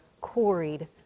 quarried